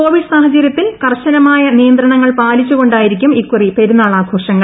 Covid സാഹചര്യത്തിൽ കർശനമായ നിയന്ത്രണങ്ങൾ പാലിച്ചു കൊണ്ടായിരിക്കും ഇക്കുറി പെരുന്നാൾ ആഘോഷങ്ങൾ